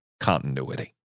continuity